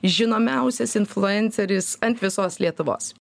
žinomiausias influenceris ant visos lietuvos